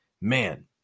man